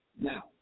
Now